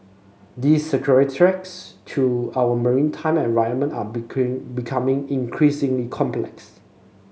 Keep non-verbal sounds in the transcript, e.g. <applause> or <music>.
the security threats to our maritime environment are <unintelligible> becoming increasingly complex